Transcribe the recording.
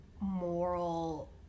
moral